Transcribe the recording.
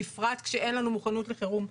בפרט כשאין לנו מוכנות לחירום.